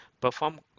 Perform